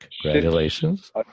congratulations